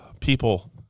People